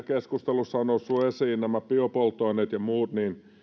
keskustelussa ovat nousseet esiin nämä biopolttoaineet ja muut